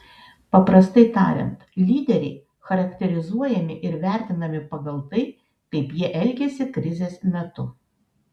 paprastai tariant lyderiai charakterizuojami ir vertinami pagal tai kaip jie elgiasi krizės metu